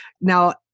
now